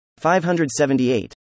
578